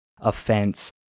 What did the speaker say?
offense